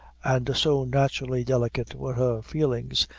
and so naturally delicate were her feelings,